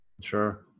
Sure